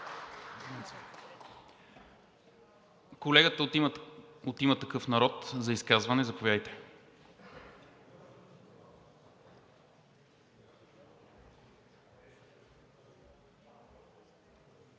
Колегата от „Има такъв народ“ за изказване – заповядайте.